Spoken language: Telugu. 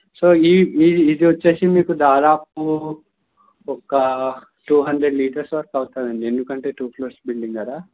సో ఈద్ ఈది ఇది వచ్చేసి మీకు దాదాపు ఒక టూ హండ్రెడ్ లీటర్స్ వరకు అవుతాదండి ఎందుకంటే టూ ఫ్లోర్స్ బిల్డింగ్ కదా